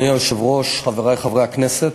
אדוני היושב-ראש, חברי חברי הכנסת,